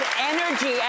energy